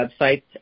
websites